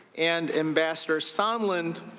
and ambassador sondland.